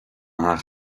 theach